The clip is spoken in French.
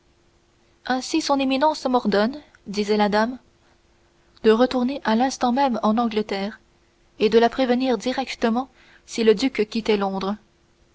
ainsi son éminence m'ordonne disait la dame de retourner à l'instant même en angleterre et de la prévenir directement si le duc quittait londres